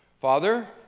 Father